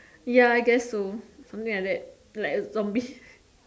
ya I guess so something like that like zombie